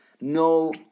No